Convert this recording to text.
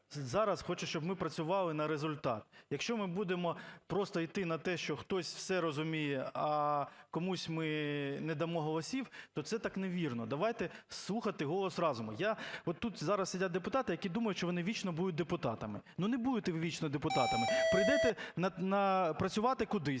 зараз хочу, щоб ми працювали на результат. Якщо ми будемо просто йти на те, що хтось все розуміє, я комусь ми не дамо голосів, то це так невірно. Давайте слухати голос разума. Я, отут зараз сидять депутати, які думають, що вони вічно будуть депутатами. Ну, не будете ви вічно депутатами. Прийдете працювати кудись,